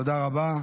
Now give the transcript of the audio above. תודה רבה.